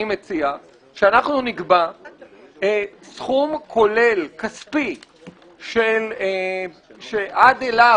אני מציע שנקבע סכום כספי כולל שעד אליו